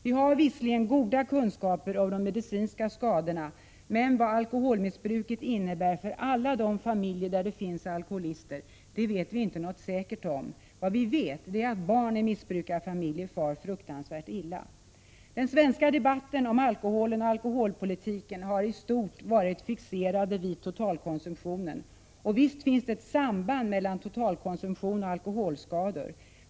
Vi har visserligen goda kunskaper om de medicinska skadorna, men vad alkoholmissbruket innebär för alla de familjer där det finns alkoholister, det vet vi inte något säkert om. Vad vi vet är att barn i missbrukarfamiljer far fruktansvärt illa. Den svenska debatten om alkoholen och alkoholpolitiken har i stort varit fixerad vid totalkonsumtionen. Och visst finns det ett samband mellan totalkonsumtion och alkoholskador.